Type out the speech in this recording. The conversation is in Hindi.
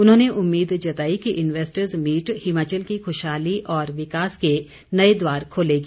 उन्होंने उम्मीद जताई कि इनवैस्टर्स मीट हिमाचल की खुशहाली और विकास के नए द्वार खोलेगी